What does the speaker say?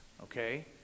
okay